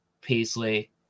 Paisley